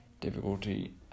difficulty